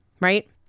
right